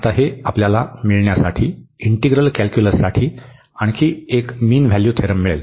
आता हे आपल्याला मिळवण्यासाठी इंटिग्रल कॅल्क्युलससाठी आणखीन एक मीन व्हॅल्यू थेरम मिळेल